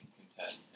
content